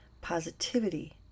positivity